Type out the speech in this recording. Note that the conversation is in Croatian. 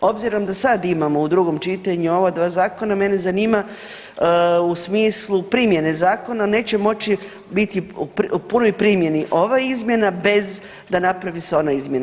Obzirom da sad imamo u drugom čitanju ova dva zakona mene zanima u smislu primjene zakona neće moći biti u punoj primjeni ova izmjena bez da napravi se ona izmjena.